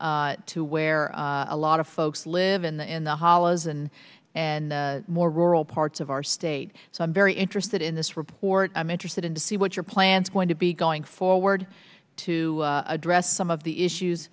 to where a lot of folks live in the in the hollows and and the more rural parts of our state so i'm very interested in this report i'm interested in to see what your plans going to be going forward to address some of the